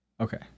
Okay